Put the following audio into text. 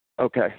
Okay